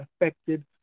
affected